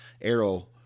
arrow